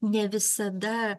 ne visada